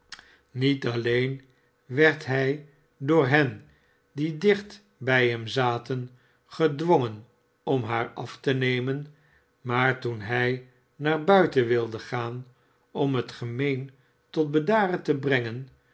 niet alleen werd hij door hen die dicht bij hem zaten gedwongen om haar af te nemen maar toen hij naar buiten wilde gaan om het gemeen tot bedaren te brengen